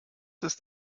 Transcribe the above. ist